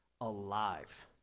alive